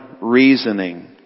reasoning